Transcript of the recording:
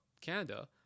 Canada